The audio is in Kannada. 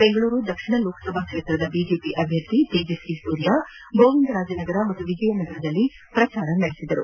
ಬೆಂಗಳೂರು ದಕ್ಷಿಣ ಲೋಕಸಭಾ ಕ್ಷೇತ್ರದ ಬಿಜೆಪಿ ಅಭ್ಯರ್ಥಿ ತೇಜಸ್ವಿ ಸೂರ್ಯ ಗೋವಿಂದರಾಜ ನಗರ ಮತ್ತು ವಿಜಯನಗರಗಳಲ್ಲಿ ಪ್ರಚಾರ ನಡೆಸಿದರು